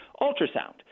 ultrasound